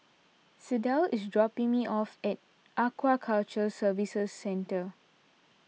is dropping me off at Aquaculture Services Centre